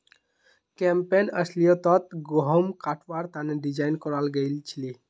campaign अस्लियतत गहुम कटवार तने डिज़ाइन कराल गएल छीले